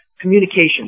Communication